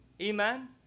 amen